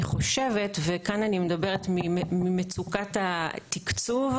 אני חושבת, וכאן אני מדברת ממצוקת התקצוב,